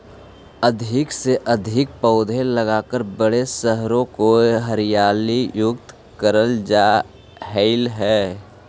अधिक से अधिक पौधे लगाकर बड़े शहरों को हरियाली युक्त करल जा रहलइ हे